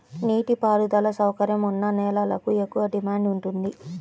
నీటి పారుదల సౌకర్యం ఉన్న నేలలకు ఎక్కువగా డిమాండ్ ఉంటుంది